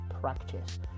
practice